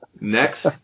Next